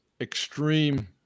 extreme